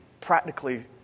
practically